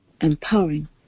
empowering